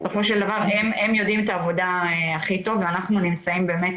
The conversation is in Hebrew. בסופו של דבר הם יודעים את העבודה הכי טוב ואנחנו נמצאים באמת